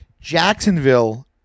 Jacksonville